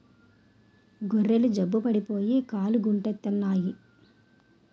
గొర్రెలు జబ్బు పడిపోయి కాలుగుంటెత్తన్నాయి